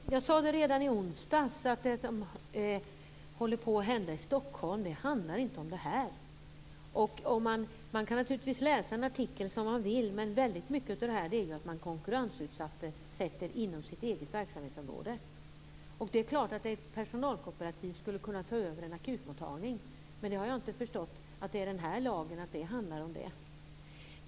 Fru talman! Jag sade redan i onsdags att det som håller på att hända i Stockholm handlar inte om det här. Man kan naturligtvis läsa den här artikeln som man vill, men väldigt mycket av detta är att man konkurrensutsätter inom sitt eget verksamhetsområde. Det är klart att ett personalkooperativ skulle kunna ta över en akutmottagning. Men jag har inte förstått att den här lagen handlar om det.